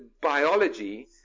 biology